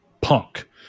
punk